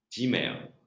Gmail